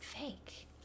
fake